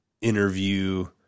interview –